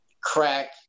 crack